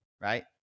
right